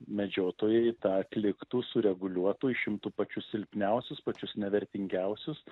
medžiotojai tą atliktų sureguliuotų išimtų pačius silpniausius pačius nevertingiausius